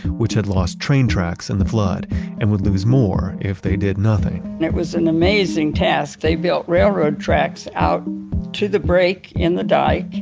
which had lost train tracks in the flood and would lose more if they did nothing it was an amazing task. they built railroad tracks out to the break in the dike,